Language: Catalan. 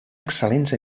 excel·lents